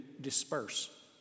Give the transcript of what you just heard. disperse